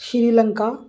Sri Lanka